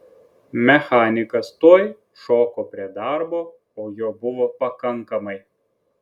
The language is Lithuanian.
mechanikas tuoj šoko prie darbo o jo buvo pakankamai